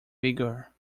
vigour